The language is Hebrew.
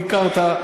ביקרת,